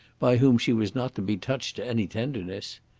by whom she was not to be touched to any tenderness.